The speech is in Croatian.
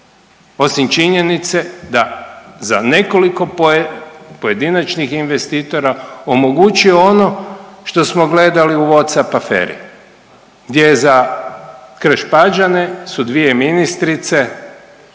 osim činjenice da za nekoliko pojedinačnih investitora omogući ono što smo gledali u Whatsapp aferi gdje je za Krš Pađane su dvije ministrice